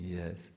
yes